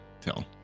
Tell